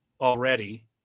already